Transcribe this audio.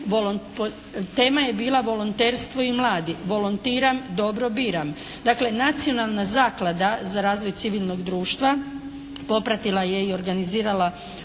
Tema je bila volonterstvo i mladi. Volontiram – dobro biram. Dakle, Nacionalna zaklada za razvoj civilnog društva popratila je i organizirala